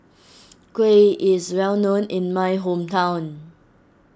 Kuih is well known in my hometown